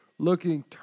Looking